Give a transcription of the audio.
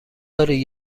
داری